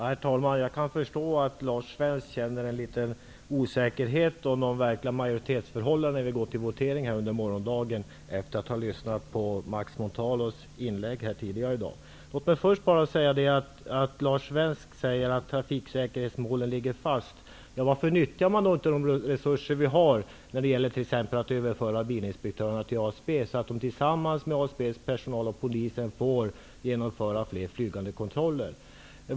Herr talman! Efter att ha lyssnat på Max Montalvos inlägg tidigare här i dag kan jag förstå om Lars Svensk känner osäkerhet om de verkliga majoritetsförhållandena, när vi under morgondagen går till votering. Lars Svensk sade att trafiksäkerhetsmålen ligger fast. Varför nyttjar man då inte de resurser som finns när det gäller t.ex. att överföra bilinspektörerna till ASB, så att de tillsammans med ASB:s personal och Polisen kan genomföra fler flygande kontroller?